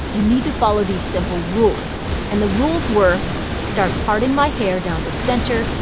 you need to follow these simple rules and the rules were start parting my hair down the center,